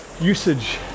usage